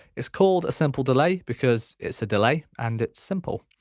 it's called a simple delay because it's a delay and it's simple.